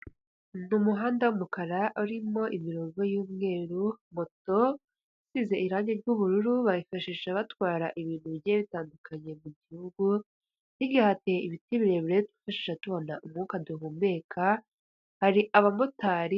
N'umuhanda w'umukara urimo imirongo y'umweru moto isize irangi ry'ubururu bayifashisha batwara ibintu bijyiye bitandukanye mu gihugu hateye ibiti birebire byifashishwa tubona umwuka duhumeka hari abamotari.